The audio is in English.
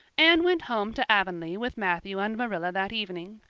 anne went home to avonlea with matthew and marilla that evening.